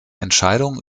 entscheidung